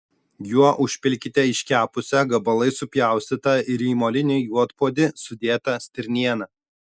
juo užpilkite iškepusią gabalais supjaustytą ir į molinį juodpuodį sudėtą stirnieną